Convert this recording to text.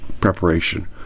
preparation